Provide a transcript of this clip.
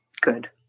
Good